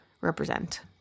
represent